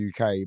UK